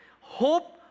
Hope